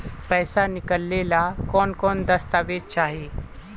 पैसा निकले ला कौन कौन दस्तावेज चाहिए?